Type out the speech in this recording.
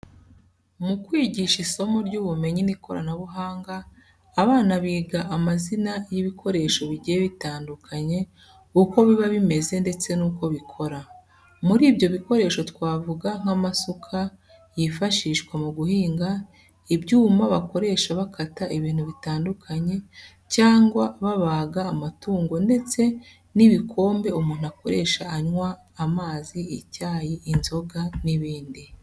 Mu kwigisha isomo ry'ubumenyi n'ikoranabuhanga, abana biga amazina y'ibikoresho bigiye bitandukanye, uko biba bimeze ndetse n'uko bikora. Muri ibyo bikoresho twavuga nk'amasuka yifashishwa mu guhinga, ibyuma bakoresha bakata ibintu bitandukanye cyangwa babaga amatungo ndetse n'ibikombe umuntu akoresha anywa amazi, icyayi, inzoga n'ibindi.